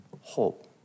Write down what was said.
Hope